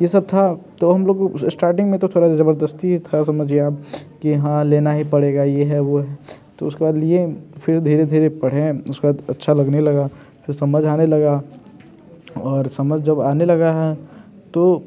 ये सब था तो हम लोग को स्टार्टिंग में थोड़ा जबरदस्ती ही था समझिए आप कि हाँ लेना ही पड़ेगा ये है वो है तो उसके बाद लिए फिर धीरे धीरे पढ़ें उसके बाद अच्छा लगने लगा फिर समझ आने लगा और समझ जब आने लगा है तो